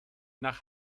nach